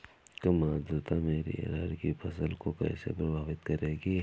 कम आर्द्रता मेरी अरहर की फसल को कैसे प्रभावित करेगी?